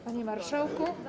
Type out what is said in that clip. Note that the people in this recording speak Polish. Panie Marszałku!